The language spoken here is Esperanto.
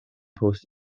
post